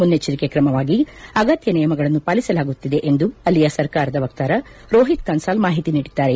ಮುನ್ನೆಚ್ಚರಿಕೆ ಕ್ರಮವಾಗಿ ಅಗತ್ಯ ನಿಯಮಗಳನ್ನು ಪಾಲಿಸಲಾಗುತ್ತಿದೆ ಎಂದು ಅಲ್ಲಿಯ ಸರ್ಕಾರದ ವಕ್ತಾರ ರೋಹಿತ್ ಕನ್ನಾಲ್ ಮಾಹಿತಿ ನೀಡಿದ್ದಾರೆ